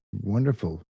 wonderful